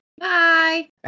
Bye